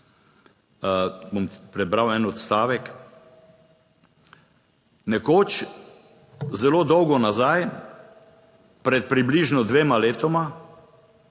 bom prebral en odstavek: "Nekoč, zelo dolgo nazaj, pred približno dvema letoma,